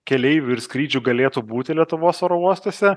keleivių ir skrydžių galėtų būti lietuvos oro uostuose